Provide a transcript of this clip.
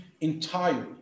entirely